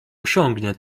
osiągnie